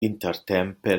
intertempe